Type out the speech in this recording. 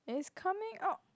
it's coming out